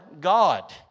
God